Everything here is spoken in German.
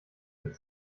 mit